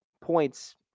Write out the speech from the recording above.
points